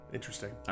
Interesting